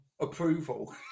approval